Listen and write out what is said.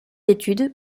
études